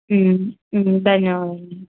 ధన్యవాదాలండి